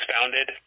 founded